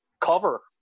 cover